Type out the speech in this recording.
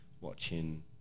watching